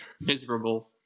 miserable